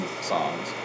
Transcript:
songs